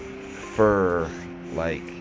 fur-like